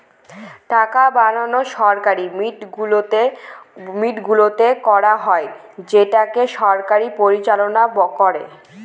টাকা বানানো সরকারি মিন্টগুলোতে করা হয় যেটাকে সরকার পরিচালনা করে